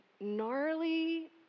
gnarly